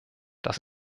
das